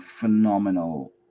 phenomenal